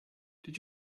did